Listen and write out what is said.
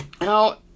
Now